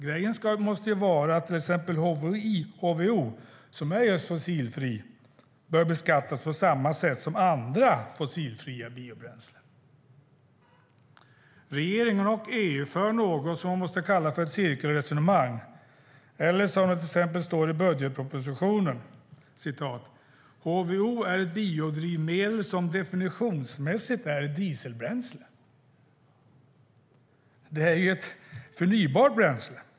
Grejen måste vara att till exempel HVO, som är just fossilfri, bör beskattas på samma sätt som andra fossilfria biobränslen. Regeringen och EU för något som måste kallas för ett cirkelresonemang. I budgetpropositionen står: "HVO är ett biodrivmedel som definitionsmässigt är ett dieselbränsle." Det är ju ett förnybart bränsle!